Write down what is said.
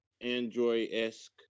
android-esque